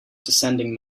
descending